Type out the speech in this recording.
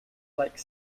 like